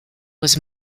was